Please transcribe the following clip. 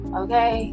okay